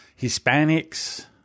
Hispanics